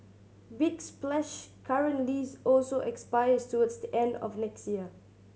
big Splash's current lease also expires towards the end of next year